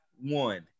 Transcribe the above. one